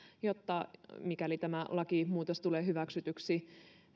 mikäli tämä lakimuutos tulee hyväksytyksi